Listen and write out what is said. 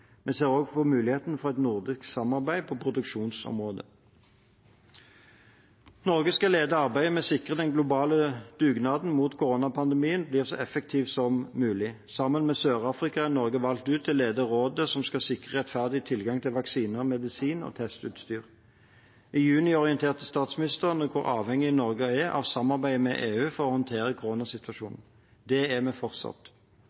Vi ser også på muligheten for et nordisk samarbeid på produksjonsområdet. Norge skal lede arbeidet med å sikre at den globale dugnaden mot koronapandemien blir så effektiv som mulig. Sammen med Sør-Afrika er Norge valgt ut til å lede rådet som skal sikre rettferdig tilgang til vaksiner, medisin og testutstyr. I juni orienterte statsministeren om hvor avhengig Norge er av samarbeidet med EU for å håndtere